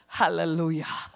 hallelujah